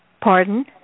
Pardon